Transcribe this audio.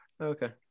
Okay